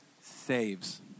saves